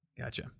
Gotcha